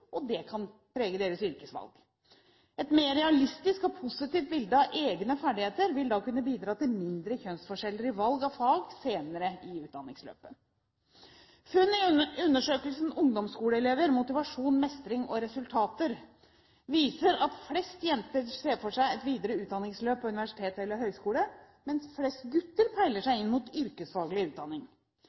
og det kan prege deres yrkesvalg. Et mer realistisk og positivt bilde av egne ferdigheter vil da kunne bidra til mindre kjønnsforskjeller i valg av fag senere i utdanningsløpet. Funn i undersøkelsen Ungdomskoleelever – motivasjon, mestring og resultater viser at flest jenter ser for seg et videre utdanningsløp på universitet eller høyskole, mens flest gutter peiler seg inn mot yrkesfaglig utdanning.